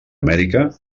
amèrica